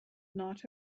not